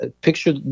Picture